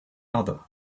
other